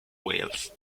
wales